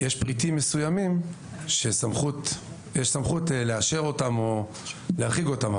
יש פריטים מסוימים שיש סמכות לאשר אותם או להרחיק אותם,